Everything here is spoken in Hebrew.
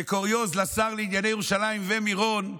כקוריוז לשר לענייני ירושלים ומירון,